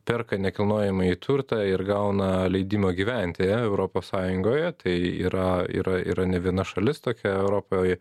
perka nekilnojamąjį turtą ir gauna leidimą gyventi europos sąjungoje tai yra yra yra ne viena šalis tokia europoj